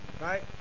right